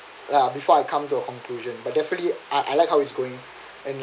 uh before I come to a conclusion but definitely I I like how it's going and like